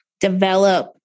develop